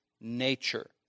nature